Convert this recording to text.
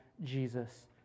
Jesus